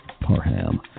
Parham